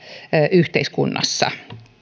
yhteiskunnassa